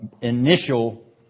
initial